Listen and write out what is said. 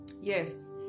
Yes